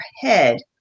head